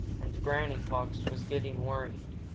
and granny fox was getting worried.